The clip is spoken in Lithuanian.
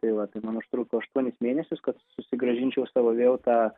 tai vat tai man užtruko aštuonis mėnesius kad susigrąžinčiau savo vėl tą